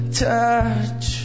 touch